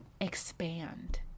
expand